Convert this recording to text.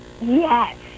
Yes